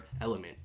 Element